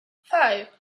five